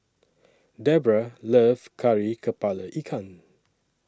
Debroah loves Kari Kepala Ikan